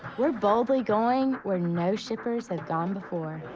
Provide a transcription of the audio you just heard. we're boldly going where no shippers have gone before.